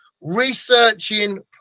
researching